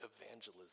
evangelism